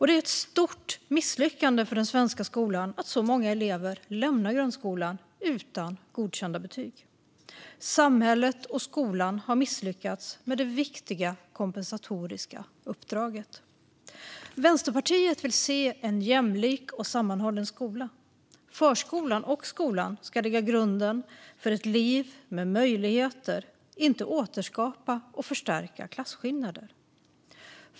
Det är ett stort misslyckande för den svenska skolan att så många elever lämnar grundskolan utan godkända betyg. Samhället och skolan har misslyckats med det viktiga kompensatoriska uppdraget. Vänsterpartiet vill se en jämlik och sammanhållen skola. Förskolan och skolan ska lägga grunden för ett liv med möjligheter. De ska inte återskapa och förstärka klasskillnader.